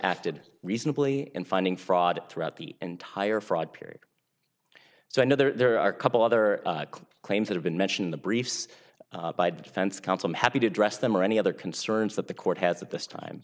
acted reasonably in finding fraud throughout the entire fraud period so i know there are couple other claims that have been mentioned the briefs by the defense counsel i'm happy to address them or any other concerns that the court has at this time